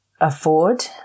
afford